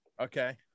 Okay